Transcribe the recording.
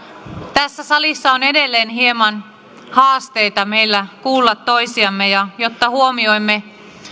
tässä salissa on edelleen hieman haasteita meillä kuulla toisiamme ja jotta huomioimme